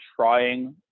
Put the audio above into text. trying